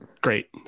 great